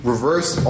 reverse